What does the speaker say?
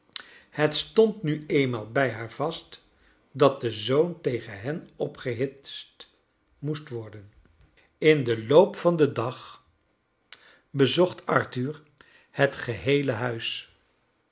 het stond mi eenmaal bij haar vast dat de zoon tegen hen opgehitst moest worden in den loop van den dag bezocht kleine dorrit arthur het oreheele huis